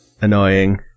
annoying